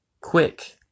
quick